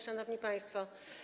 Szanowni Państwo!